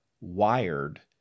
wired